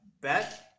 bet